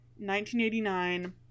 1989